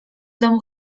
domu